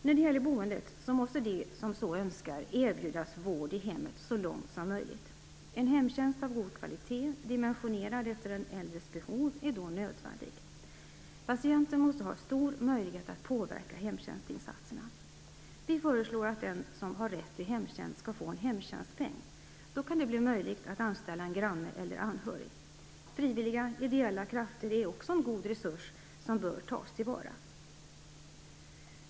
När det gäller boendet måste de som så önskar erbjudas vård i hemmet så långt som möjligt. En hemtjänst av god kvalitet, dimensionerad efter den äldres behov, är då nödvändig. Patienten måste ha stor möjlighet att påverka hemtjänstinsatserna. Vi föreslår, att den som har rätt till hemtjänst skall få en "hemtjänstpeng". Då kan det bli möjligt att anställa en granne eller anhörig. Frivilliga, ideella krafter är också en god resurs, som bör tas till vara.